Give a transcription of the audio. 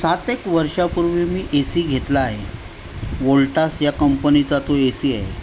सात एक वर्षापूर्वी मी एसी घेतला आहे वोल्टास या कंपनीचा तो एसी आहे